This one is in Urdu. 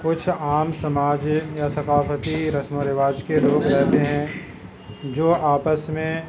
کچھ عام سماجی یا ثقافتی رسم و رواج کے لوگ رہتے ہیں جو آپس میں